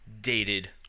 dated